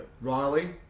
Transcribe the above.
Riley